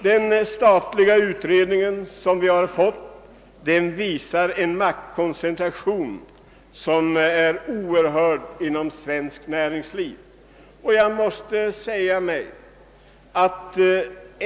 Den statliga utredning som vi fått visar en <maktkoncentration inom svenskt näringsliv som är oerhörd.